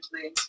please